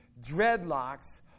dreadlocks